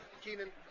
Keenan